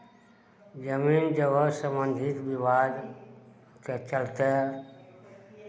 जमीन जगह सम्बन्धित विवादके चलते